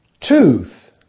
Tooth